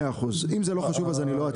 מאה אחוז, אם זה לא חשוב אני לא אציג.